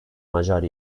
macar